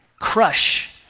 crush